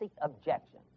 objection